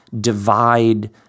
divide